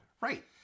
Right